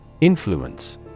Influence